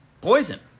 Poison